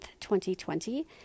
2020